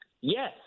Yes